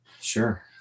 Sure